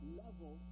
level